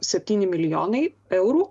septyni milijonai eurų